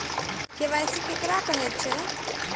KYC केकरा कहैत छै?